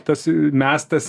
tas mestas